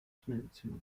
schnellzüge